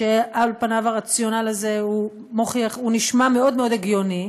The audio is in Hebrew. כשעל פניו הרציונל הזה נשמע מאוד מאוד הגיוני,